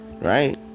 right